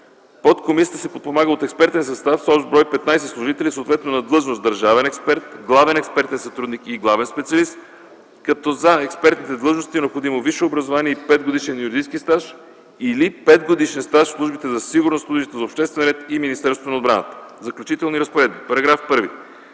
Подкомисията се подпомага от експертен състав с общ брой 15 служители, съответно на длъжност „държавен експерт”, „главен експертен сътрудник” и „главен специалист”, като за експертните длъжности е необходимо висше образование и 5-годишен юридически стаж или 5-годишен стаж в службите за сигурност, службите за обществен ред и Министерството на отбраната. ЗАКЛЮЧИТЕЛНИ РАЗПОРЕДБИ § 1.